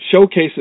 showcases